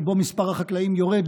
שבו מספר החקלאים יורד,